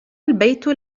البيت